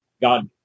God